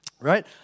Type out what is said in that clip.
right